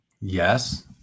yes